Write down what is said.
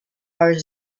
are